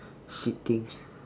sitting